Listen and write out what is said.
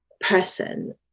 person